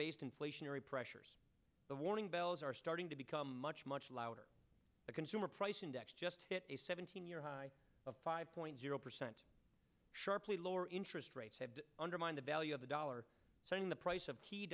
based inflationary pressures the warning bells are starting to become much much louder the consumer price index just hit a seventeen year high of five point zero percent sharply lower interest rates have undermined the value of the dollar so in the price of